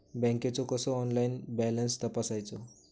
बँकेचो कसो online balance तपासायचो?